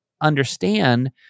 understand